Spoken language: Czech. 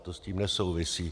To s tím nesouvisí.